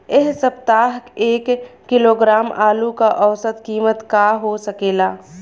एह सप्ताह एक किलोग्राम आलू क औसत कीमत का हो सकेला?